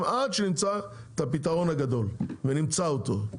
עד שנמצא את הפתרון הגדול ונמצא אותו.